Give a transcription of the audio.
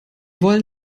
wollen